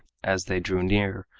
as they drew near,